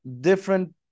different